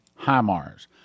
HIMARS